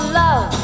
love